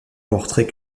portrait